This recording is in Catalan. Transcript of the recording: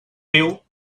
riu